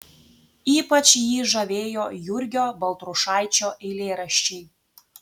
ypač jį žavėjo jurgio baltrušaičio eilėraščiai